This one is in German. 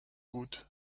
gut